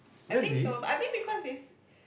I think so but I think because they